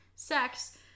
Sex